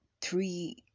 three